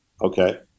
okay